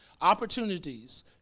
opportunities